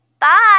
Bye